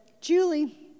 Julie